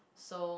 so